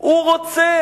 הוא רוצה